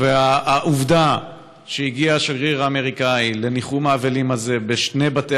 העובדה שהגיע השגריר האמריקאי לניחום אבלים בשני בתי